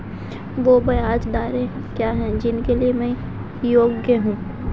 वे ब्याज दरें क्या हैं जिनके लिए मैं योग्य हूँ?